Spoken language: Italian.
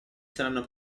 saranno